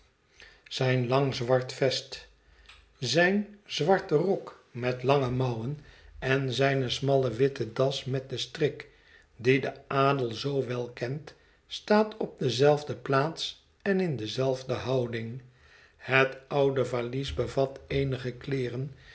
zijn lang zwart het verlaten ruis vest zijn zwarten rok met lange mouwen en zijne smalle witte das met den strik dien de adel zoo wel kent staat op dezelfde plaats en in dezelfde houding het oude valies bevat eenige kleeren